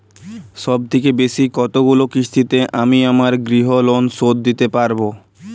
সবথেকে বেশী কতগুলো কিস্তিতে আমি আমার গৃহলোন শোধ দিতে পারব?